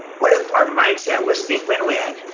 what if our mindset was think win-win,